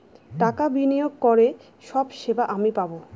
টাকা বিনিয়োগ করে সব সেবা আমি পাবো